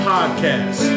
Podcast